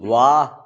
वाह